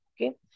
Okay